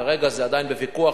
כרגע זה עדיין בוויכוח,